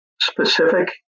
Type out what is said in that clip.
specific